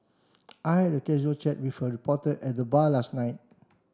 I had a casual chat with a reporter at the bar last night